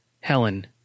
Helen